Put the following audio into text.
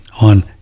on